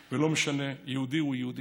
ולא משנה, יהודי הוא יהודי.